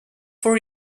for